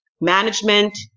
management